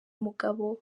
mugabo